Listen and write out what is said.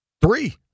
Three